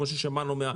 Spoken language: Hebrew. כפי ששמענו מן האוצר?